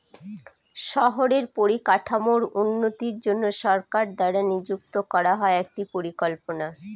শহরের পরিকাঠামোর উন্নতির জন্য সরকার দ্বারা নিযুক্ত করা হয় একটি পরিকল্পনা